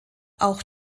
auch